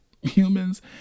humans